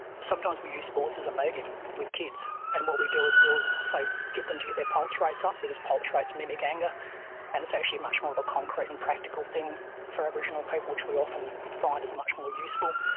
sometimes we use sports as a medium with kids, and what we do is we will, say, get them to get their pulse rates up because pulse rates mimic anger and it's actually much more of a concrete and practical thing for aboriginal people, which we often find is much more useful.